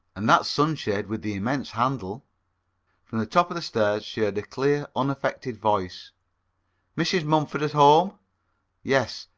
and that sunshade with the immense handle from the top of the stairs she heard a clear, unaffected voice mrs. mumford at home yes,